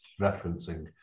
referencing